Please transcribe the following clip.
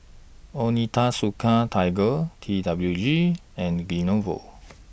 Onitsuka Tiger T W G and Lenovo